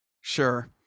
Sure